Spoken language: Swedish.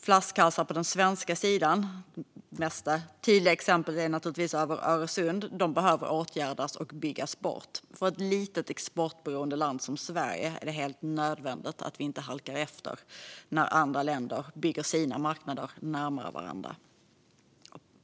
Flaskhalsar på den svenska sidan - det tydligaste exemplet är naturligtvis över Öresund - behöver åtgärdas och byggas bort. För ett litet exportberoende land som Sverige är det helt nödvändigt att inte halka efter när andra länder bygger sina marknader närmare varandra.